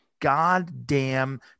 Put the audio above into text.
goddamn